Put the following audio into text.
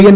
N